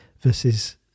versus